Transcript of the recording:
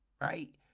right